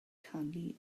canu